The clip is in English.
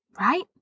Right